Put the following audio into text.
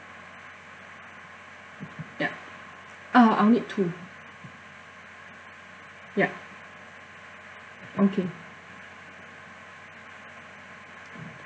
ya uh I'll need two yup okay